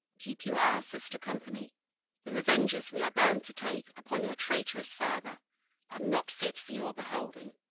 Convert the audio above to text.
keep you our sister company the revenges we are bound to take upon your traitorous father are not fit for your beholding.